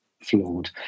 flawed